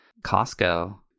Costco